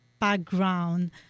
background